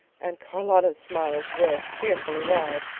and charlotta's smiles were fearfully wide.